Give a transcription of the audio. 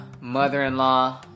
mother-in-law